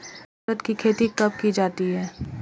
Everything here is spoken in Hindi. उड़द की खेती कब की जाती है?